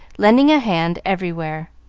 lending a hand everywhere.